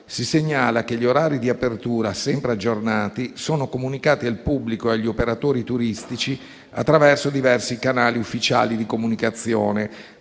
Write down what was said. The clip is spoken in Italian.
si segnala che gli orari di apertura, sempre aggiornati, sono comunicati al pubblico e agli operatori turistici attraverso diversi canali ufficiali di comunicazione,